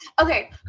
Okay